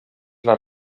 les